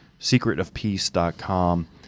SecretOfPeace.com